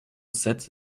sept